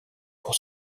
pour